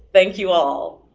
thank you all!